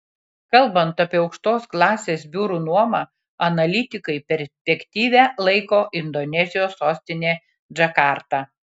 kalbant apie aukštos klasės biurų nuomą analitikai perspektyvia laiko indonezijos sostinę džakartą